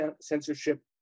censorship